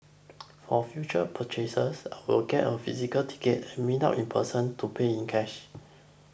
for future purchases I will get a physical ticket and meet up in person to pay in cash